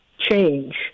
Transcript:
change